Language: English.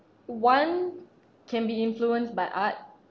one can be influenced by art